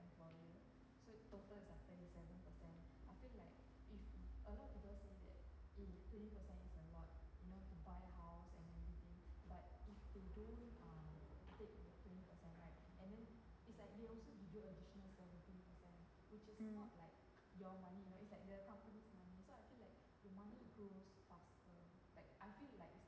mm